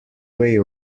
way